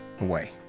away